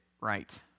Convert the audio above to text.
right